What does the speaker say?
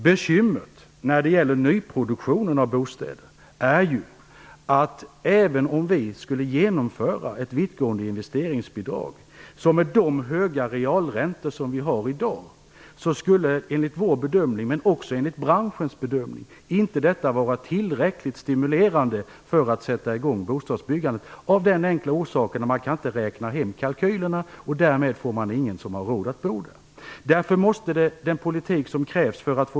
Bekymret när det gäller nyproduktion av bostäder är ju att ett vittgående investeringsbidrag enligt vår och även branschens bedömning inte skulle vara tillräckligt stimulerande för att bostadsbyggandet skulle sättas i gång. Det beror på de höga realräntor vi har i dag. Den enkla orsaken är att man inte kan räkna hem kalkylerna.